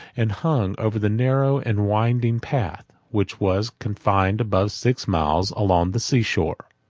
and hung over the narrow and winding path, which was confined above six miles along the sea-shore.